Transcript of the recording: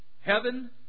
Heaven